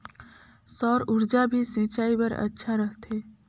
सौर ऊर्जा भी सिंचाई बर अच्छा रहथे?